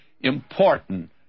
important